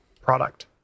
product